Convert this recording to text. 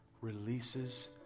releases